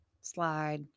slide